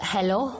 Hello